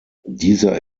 dieser